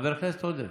חבר הכנסת איימן עודה,